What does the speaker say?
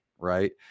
Right